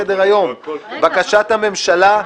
אין בקשת יו"ר ועדת העבודה,